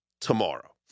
tomorrow